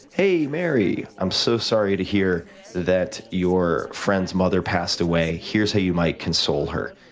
hey mary. i'm so sorry to hear that your friend's mother passed away. here's how you might console her,